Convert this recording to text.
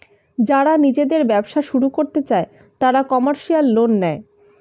যারা নিজেদের ব্যবসা শুরু করতে চায় তারা কমার্শিয়াল লোন নেয়